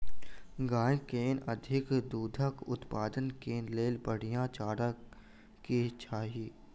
गाय केँ अधिक दुग्ध उत्पादन केँ लेल बढ़िया चारा की अछि?